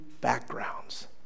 backgrounds